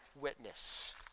witness